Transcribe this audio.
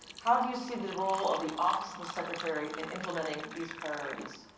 how do you see the the role of the office of the secretary in implementing these priorities?